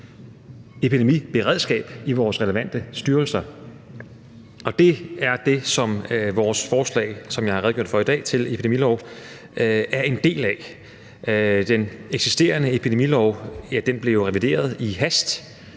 epidemiberedskab i vores relevante styrelser. Og det er det, som vores forslag til en epidemilov, som jeg har redegjort for i dag, er en del af. Den eksisterende epidemilov blev jo revideret i hast